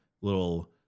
little